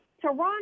Toronto